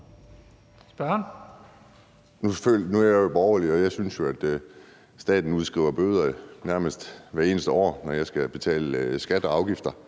Andersen (NB): Nu er jeg jo borgerlig, og jeg synes jo, at staten udskriver bøder nærmest hvert eneste år, når jeg skal betale skatter og afgifter,